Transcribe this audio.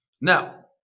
Now